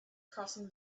crossing